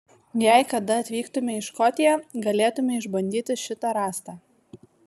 jei kada atvyktumei į škotiją galėtumei išbandyti šitą rąstą